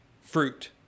fruit